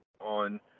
on